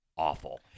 Awful